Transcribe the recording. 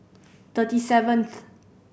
thirty seventh